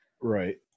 right